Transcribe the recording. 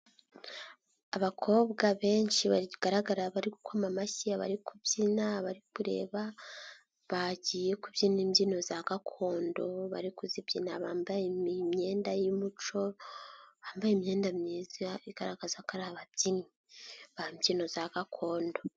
Abakobwa benshi bagaragara bari gukoma amashyi, abari kubyina, abari kureba, bagiye kubyina imbyino za gakondo, bari kuzibyina bambaye imyenda y'umuco, bambaye imyenda myiza igaragaza ko ari ababyinnyi b'imbyino za gakondo.